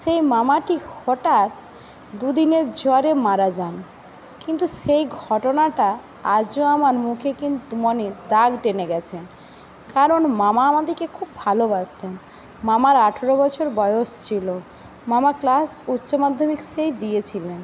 সেই মামাটি হঠাৎ দুদিনের জ্বরে মারা যান কিন্তু সেই ঘটনাটা আজও আমার মুখে কিন্তু মনে দাগ টেনে গিয়েছে কারণ মামা আমাদেরকে খুব ভালবাসতেন মামার আঠেরো বছর বয়স ছিল মামা ক্লাস উচ্চ মাধ্যমিক সেই দিয়েছিলেন